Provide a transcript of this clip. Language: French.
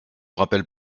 rappelle